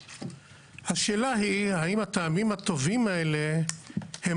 השאלה היא האם הטעמים הטובים האלה הם